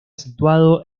situado